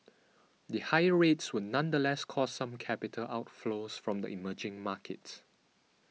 the higher rates would nonetheless cause some capital outflows from emerging markets